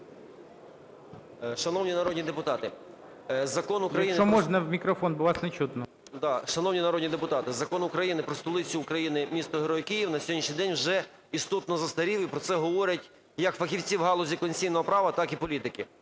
Шановні народні депутати, Закон України "Про столицю України - місто-герой Київ" на сьогоднішній день вже істотно застарів і про це говорять як фахівці в галузі конституційного права, так і політики.